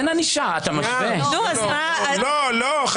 זה חוק רגולטורי, זה לא ענישה.